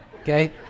okay